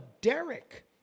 Derek